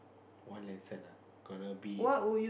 one lesson ah gonna be